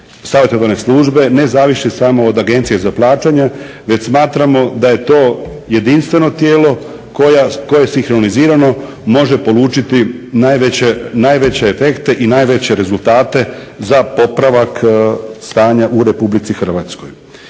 ne zavisi samo od Agencije za plaćanje, već smatramo da je to jedinstveno tijelo koje sinkronizirano može polučiti najveće efekte i najveće rezultate za popravak stanja u Republici Hrvatskoj.